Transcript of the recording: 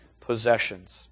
possessions